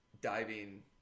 diving